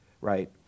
right